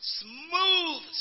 smooth